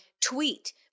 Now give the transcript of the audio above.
tweet